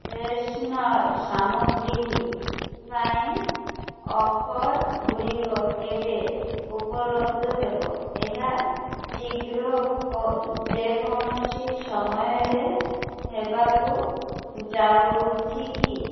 freshener ସାମଗ୍ରୀ ପାଇଁ offer ଗୁଡ଼ିକ କେବେ ଉପଲବ୍ଧ ହେବ ଏହା ଶୀଘ୍ର ଯେକୌଣସି ସମୟରେ ହେବାକୁ ଯାଉଛି କି